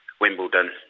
Wimbledon